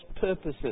purposes